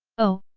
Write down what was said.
oh,